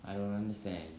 I don't understand